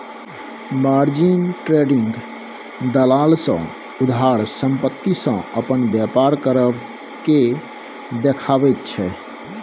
margin trading दलाल सँ उधार संपत्ति सँ अपन बेपार करब केँ देखाबैत छै